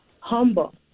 humble